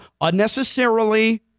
unnecessarily